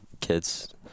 kids